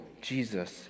Jesus